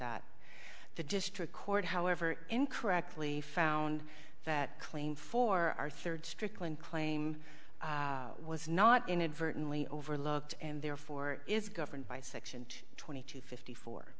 that the district court however incorrectly found that claim for our third strickland claim was not inadvertently overlooked and therefore is governed by section two twenty two fifty four